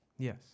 Yes